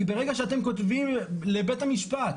כי ברגע שאתם כותבים לבית המשפט,